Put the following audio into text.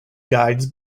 guides